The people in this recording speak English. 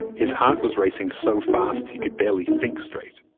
his heart was racing so fast, he could barely think straight.